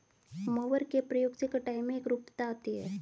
mower के प्रयोग से कटाई में एकरूपता आती है